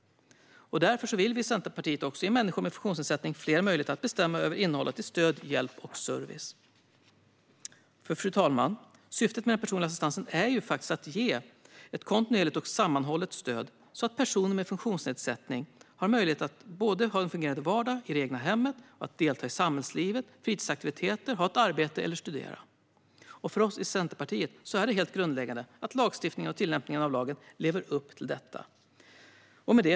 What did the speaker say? Därför vill vi i Centerpartiet också ge människor med funktionsnedsättning fler möjligheter att bestämma över innehållet i stöd, hjälp och service. Fru talman! Syftet med den personliga assistansen är ju att ge ett kontinuerligt och sammanhållet stöd så att personer med funktionsnedsättning har möjlighet att ha en fungerande vardag i det egna hemmet, att delta i samhällslivet eller i fritidsaktiviteter samt att ha ett arbete eller studera. För oss i Centerpartiet är det helt grundläggande att lagstiftningen och tillämpningen av lagen lever upp till detta.